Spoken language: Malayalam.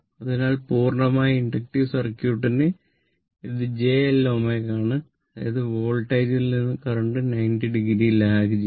അതിനാൽ പൂർണ്ണമായും ഇൻഡക്റ്റീവ് സർക്യൂട്ടിന് ഇത് j L ω ആണ് അതായത് വോൾട്ടേജിൽ നിന്ന് കറന്റ് 90o ലാഗ് ചെയ്യുന്നു